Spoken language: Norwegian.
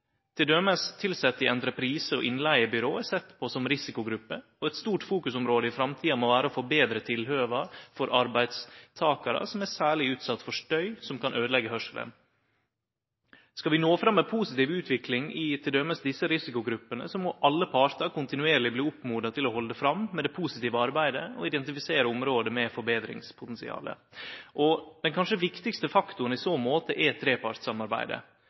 og innleigebyrå sett på som risikogrupper, og eit område ein må ha i fokus i framtida, må vere å forbetre tilhøva for arbeidstakarar som er særleg utsette for støy som kan øydeleggje høyrselen. Skal vi nå fram med positiv utvikling i t.d. desse risikogruppene, må alle partane kontinuerleg bli oppmoda til å halde fram med det positive arbeidet og identifisere område med forbetringspotensial. Den kanskje viktigaste faktoren i så måte er trepartssamarbeidet.